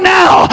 now